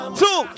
two